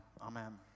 amen